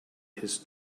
his